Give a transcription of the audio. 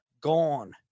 gone